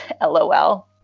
LOL